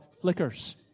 flickers